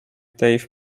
dave